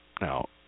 Now